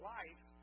life